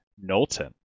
Knowlton